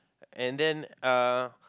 and then uh